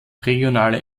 regionale